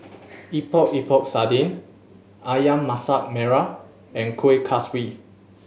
Epok Epok Sardin Ayam Masak Merah and Kuih Kaswi